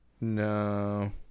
No